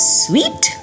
sweet